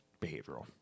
behavioral